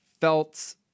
felt